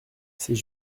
c’est